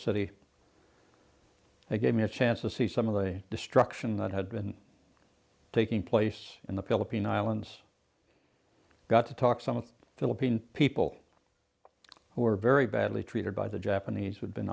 city they gave me a chance to see some of the destruction that had been taking place in the philippine islands got to talk some of the philippine people who were very badly treated by the japanese had been